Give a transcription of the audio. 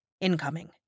Incoming